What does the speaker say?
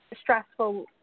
stressful